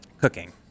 cooking